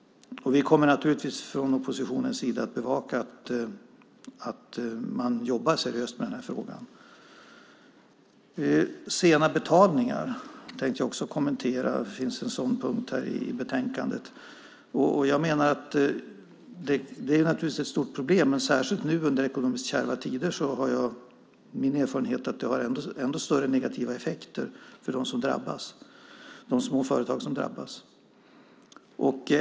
Vi kommer naturligtvis från oppositionens sida att bevaka att regeringen jobbar seriöst med den här frågan. Sena betalningar tänkte jag också kommentera. Det finns en sådan punkt i betänkandet. Jag menar att det naturligtvis är ett stort problem. Särskilt nu under ekonomiskt kärva tider är min erfarenhet att det har ännu större negativa effekter för de små företag som drabbas.